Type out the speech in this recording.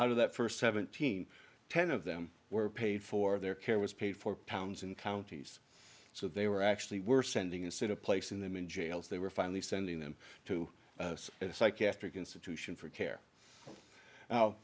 of that first seventeen ten of them were paid for their care was paid four pounds in counties so they were actually we're sending instead of placing them in jails they were finally sending them to a psychiatric institution for care